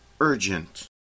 urgent